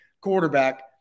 quarterback